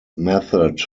method